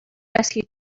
rescue